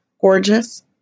gorgeous